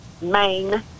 Maine